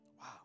wow